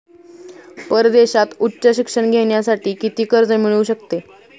परदेशात उच्च शिक्षण घेण्यासाठी किती कर्ज मिळू शकते?